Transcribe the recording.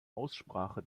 aussprache